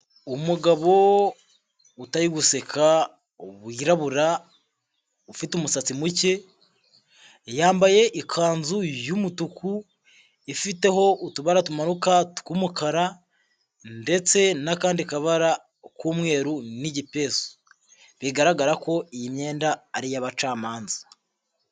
Umugabo utari guseka wirabura ufite umusatsi muke, yambaye ikanzu y'umutuku ifiteho utubara tumanuka tw'umukara ndetse n'akandi kabara k'umweru n'igipesu, bigaragara ko iyi myenda ari iy'abacamanza.